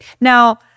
Now